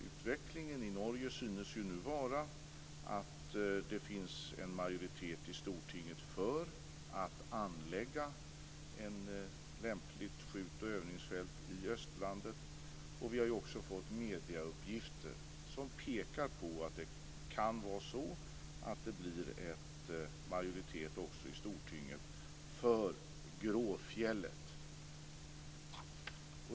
Utvecklingen i Norge synes nu vara att det finns en majoritet i Stortinget för att anlägga ett lämpligt skjut och övningsfält i Östlandet. Vi har också fått medieuppgifter som pekar på att det kan bli en majoritet också i Stortinget för Gråfjället.